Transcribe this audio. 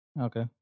Okay